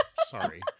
sorry